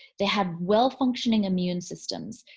they had well functioning immune systems.